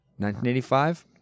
1985